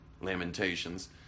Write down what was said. lamentations